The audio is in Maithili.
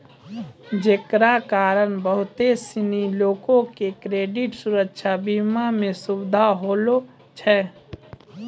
जेकरा कारण बहुते सिनी लोको के क्रेडिट सुरक्षा बीमा मे सुविधा होलो छै